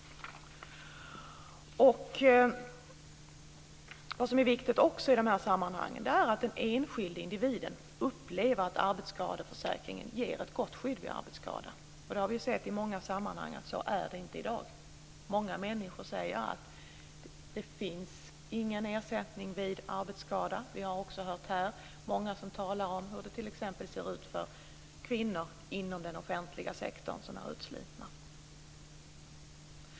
Det är också viktigt att den enskilde individen upplever att arbetsskadeförsäkringen ger ett gott skydd vid arbetsskada. Så är det inte i dag - det har vi sett i många sammanhang. Många människor säger att det inte finns någon ersättning vid arbetsskada. Det är många som talar om hur det ser ut för kvinnor inom den offentliga sektorn som är utslitna.